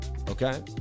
okay